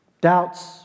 Doubts